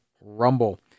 Rumble